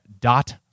dot